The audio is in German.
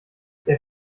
der